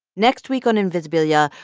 next week on invisibilia,